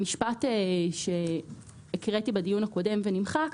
המשפט שהקראתי בדיון הקודם ונמחק,